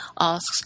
asks